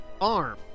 arm